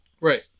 right